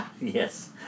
Yes